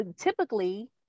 typically